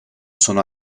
sono